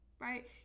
right